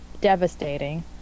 devastating